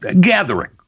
gathering